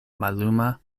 malluma